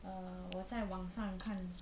err 我在网上看